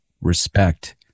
respect